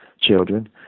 children